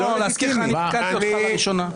להזכיר לך, אני תיקנתי אותך לראשונה.